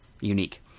unique